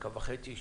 דקה וחצי,